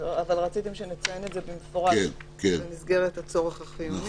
אבל רציתם שנציין את זה במפורש במסגרת הצורך החיוני,